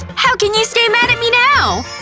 how can you stay mad at me now?